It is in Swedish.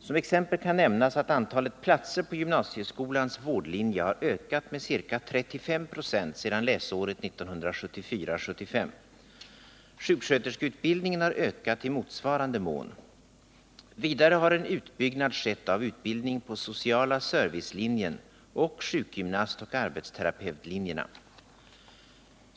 Som exempel kan nämnas att antalet platser på gymnasieskolans vårdlinje har ökat med ca 35 96 sedan läsåret 1974/75. Sjuksköterskeutbildningen har ökat i motsvarande mån. Vidare har en utbyggnad skett av utbildning på sociala servicelinjen och sjukgymnastoch arbetsterapeutlinjerna.